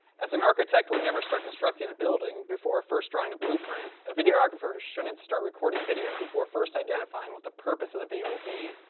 as an architect would never start constructing a building before first drawing a blue print, a videographer shouldn't start recording video before first identifying what the purpose of the video will be,